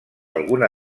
alguna